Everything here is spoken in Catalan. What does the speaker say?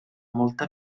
molta